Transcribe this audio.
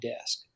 desk